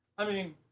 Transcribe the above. i mean,